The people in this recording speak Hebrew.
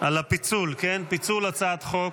פיצול הצעת חוק.